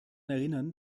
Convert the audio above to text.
erinnern